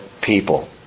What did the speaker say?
people